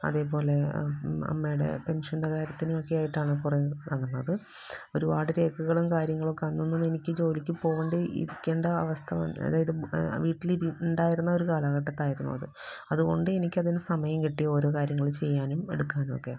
അതേപോലെ അമ്മേടെ പെൻഷൻ്റെ കാര്യത്തിനുമൊക്കെയായിട്ടാണ് കുറെ നടന്നത് ഒരുപാട് രേഖകളും കാര്യങ്ങളുവൊക്കെ അന്നൊന്നും എനിക്ക് ജോലിക്കുപോവണ്ട് ഇരിയ്ക്കേണ്ട അവസ്ഥ വന്നു അതായത് വീട്ടിൽ ഉണ്ടായിരുന്നു ഒരു കാലഘട്ടത്തായിരുന്നു അത് അതുകൊണ്ട് എനിക്കതിന് സമയം കിട്ടി ഓരോ കാര്യങ്ങൾ ചെയ്യാനും എടുക്കാനുവൊക്കെ